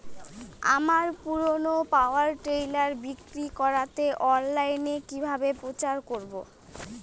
আমার পুরনো power tiller বিক্রি করাতে অনলাইনে কিভাবে প্রচার করব?